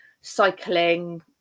cycling